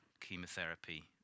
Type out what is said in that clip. chemotherapy